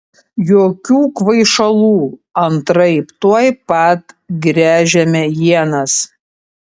jokių kvaišalų antraip tuoj pat gręžiame ienas